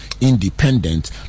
independent